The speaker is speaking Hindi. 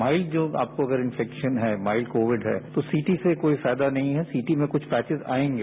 माइल्ड अगर आपकोइंडेक्शन है माइल्ड कोविंड है तो सिटी से कोई फायदा नहीं है सिटी में कुछ पैचेज आएगे